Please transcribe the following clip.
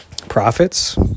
profits